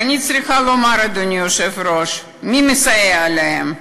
ואני צריכה לומר, אדוני היושב-ראש, מי מסייע להם.